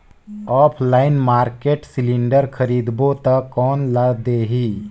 Online market cylinder खरीदबो ता कोन ला देही?